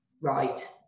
right